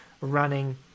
running